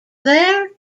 there